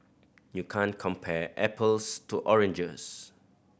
you can't compare apples to oranges